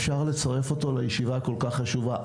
אפשר לצרף אותו לישיבה הכול כך חשובה,